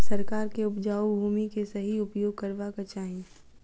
सरकार के उपजाऊ भूमि के सही उपयोग करवाक चाही